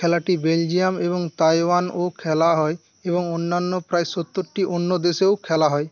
খেলাটি বেলজিয়াম এবং তাইওয়ান ও খেলা হয় এবং অন্যান্য প্রায় সত্তরটি অন্য দেশেও খেলা হয়